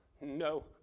no